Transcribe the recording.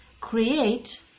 create